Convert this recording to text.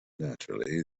naturally